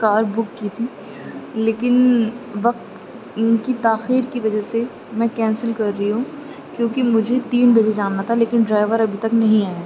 کار book کی تھی لیکن وقت کی تاخیر کی وجہ سے میں کینسل کر رہی ہوں کیونکہ مجھے تین بجے جانا تھا لیکن ڈرائیور ابھی تک نہیں آیا ہے